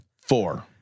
Four